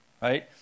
Right